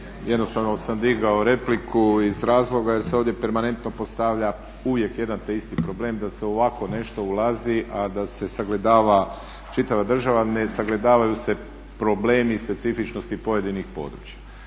jednostavno sam digao repliku iz razloga jer se ovdje permanentno postavlja uvijek jedan te isti problem da se u ovako nešto ulazi, a da se sagledava čitava država. Ne sagledavaju se problemi i specifičnosti pojedinih područja.